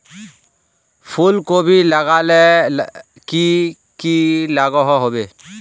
फूलकोबी लगाले की की लागोहो होबे?